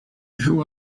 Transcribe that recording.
who